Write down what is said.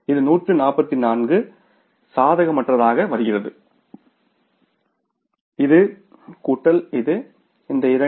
இது 144 சாதகமற்றதாக வருகிறது இது கூட்டல் இது இந்த இரண்டு